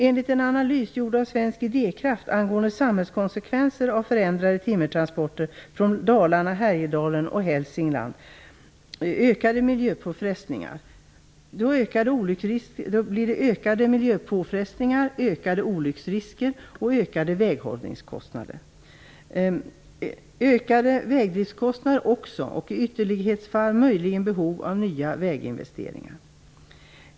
Enligt en analys gjord av Svensk idékraft angående samhällskonsekvenser av förändrade timmertransporter från Dalarna, Härjedalen och Hälsingland blir det stegrade miljöpåfrestningar, större olycksrisker, ökade väghållningskostnader, höjda vägdriftskostnader och i ytterlighetsfall möjligen behov av nya väginvesteringar.